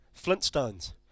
Flintstones